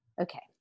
Okay